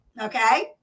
okay